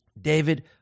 David